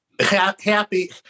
happy